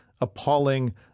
appalling